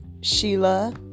Sheila